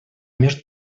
между